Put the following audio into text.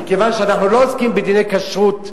מכיוון שאנחנו לא עוסקים בדיני כשרות,